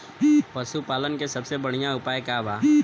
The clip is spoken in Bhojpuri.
पशु पालन के सबसे बढ़ियां उपाय का बा?